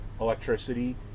electricity